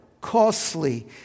costly